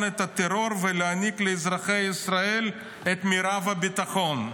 את הטרור ולהעניק לאזרחי ישראל את מרב הביטחון.